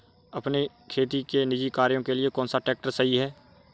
अपने खेती के निजी कार्यों के लिए कौन सा ट्रैक्टर सही है?